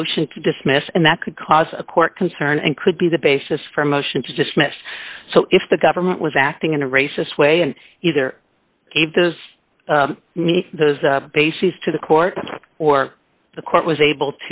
the motion to dismiss and that could cause a court concern and could be the basis for a motion to dismiss so if the government was acting in a racist way and either gave those those bases to the court or the court was able